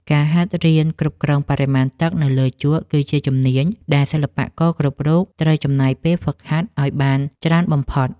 ការហាត់រៀនគ្រប់គ្រងបរិមាណទឹកនៅលើជក់គឺជាជំនាញដែលសិល្បករគ្រប់រូបត្រូវចំណាយពេលហ្វឹកហាត់ឱ្យបានច្រើនបំផុត។